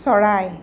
চৰাই